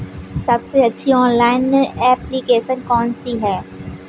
सबसे अच्छी online application कौन सी है?